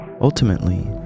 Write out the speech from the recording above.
Ultimately